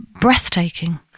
breathtaking